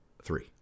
Three